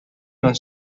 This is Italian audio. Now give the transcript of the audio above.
non